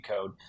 code